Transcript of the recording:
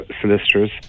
solicitors